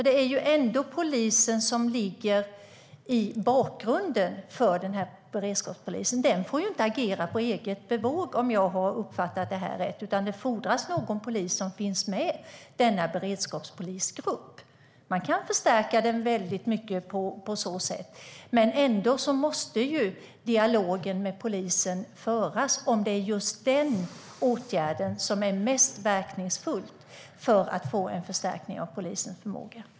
Det är ju ändå polisen som ligger i bakgrunden för beredskapspolisen. Den får inte agera på eget bevåg, om jag har uppfattat det rätt. Det fordras att det finns någon polis med beredskapspolisgruppen. Man kan förstärka polisen mycket på så sätt, men ändå måste dialogen med polisen föras: Är det just denna åtgärd som är mest verkningsfull för att få en förstärkning av polisens förmåga?